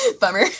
bummer